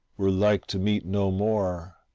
we're like to meet no more